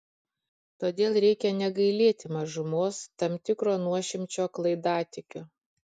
todėl reikia negailėti mažumos tam tikro nuošimčio klaidatikių